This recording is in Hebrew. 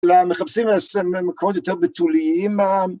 למחפשים מקומות יותר בתוליים.